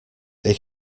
they